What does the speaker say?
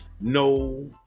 no